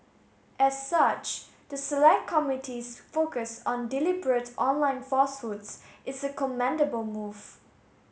as such the select committee's focus on deliberate online falsehoods is a commendable move